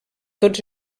tots